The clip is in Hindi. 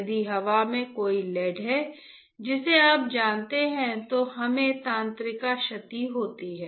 यदि हवा में कोई लेड है जिसे आप जानते हैं तो हमें तंत्रिका क्षति होती है